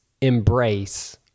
embrace